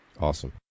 Awesome